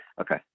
Okay